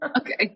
Okay